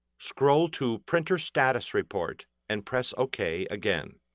scroll to printer status report and press ok again.